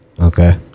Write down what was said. Okay